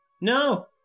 No